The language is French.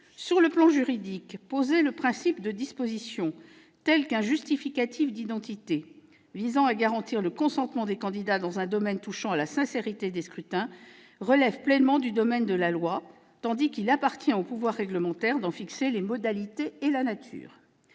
Sur le plan juridique, poser le principe de dispositions, telles qu'un justificatif d'identité, visant à garantir le consentement des candidats dans un domaine touchant à la sincérité des scrutins relève pleinement du domaine de la loi, tandis qu'il appartient au pouvoir réglementaire d'en fixer les modalités et la nature.